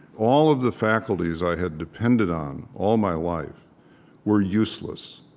all of the faculties i had depended on all my life were useless.